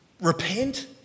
Repent